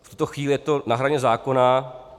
V tuto chvíli je to na hraně zákona.